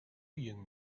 young